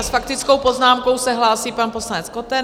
S faktickou poznámkou se hlásí pan poslanec Koten.